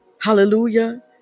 Hallelujah